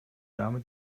dame